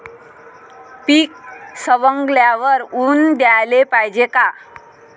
पीक सवंगल्यावर ऊन द्याले पायजे का?